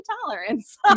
tolerance